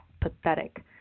pathetic